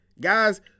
Guys